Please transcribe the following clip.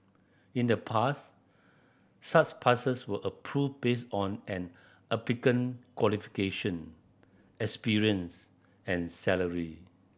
in the past such passes were approved based on an applicant qualification experience and salary